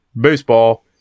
baseball